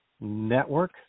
Network